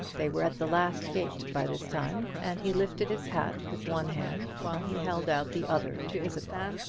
they were at the last gate by this time, and he lifted his hat with one hand while he held out the other to isabel.